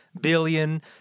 billion